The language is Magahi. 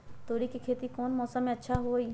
तोड़ी के खेती कौन मौसम में अच्छा होई?